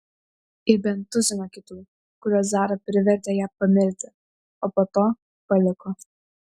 ir bent tuziną kitų kuriuos zara privertė ją pamilti o po to paliko